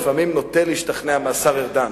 לפעמים אני נוטה להשתכנע מהשר ארדן.